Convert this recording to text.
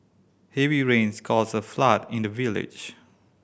heavy rains caused a flood in the village